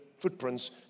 Footprints